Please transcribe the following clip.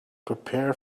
prepare